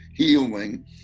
healing